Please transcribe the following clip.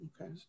Okay